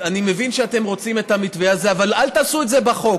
אני מבין שאתם רוצים את המתווה הזה אבל אל תעשו את זה בחוק,